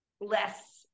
less